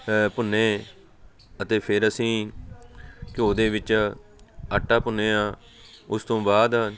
ਭੁੰਨੇ ਅਤੇ ਫਿਰ ਅਸੀਂ ਘਿਓ ਦੇ ਵਿੱਚ ਆਟਾ ਭੁੰਨਿਆ ਉਸ ਤੋਂ ਬਾਅਦ